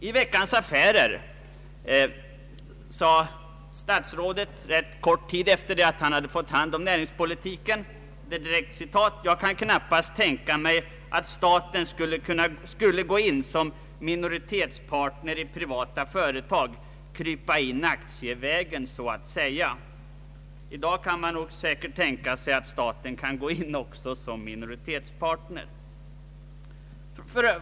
I Veckans Affärer sade statsrådet rätt kort tid efter det att han fått hand om näringspolitiken: ”Jag kan knappast tänka mig att staten skulle gå in som minoritetspartner i privata företag — krypa in aktievägen så att säga.” I dag kan man nog säkert tänka sig att staten kan gå in också som mioritetspartner.